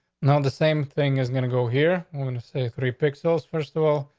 now the same thing is gonna go here. we're going to stay three picks, those first of all.